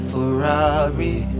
Ferrari